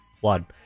one